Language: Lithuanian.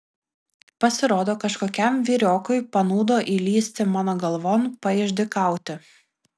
pasirodo kažkokiam vyriokui panūdo įlįsti mano galvon paišdykauti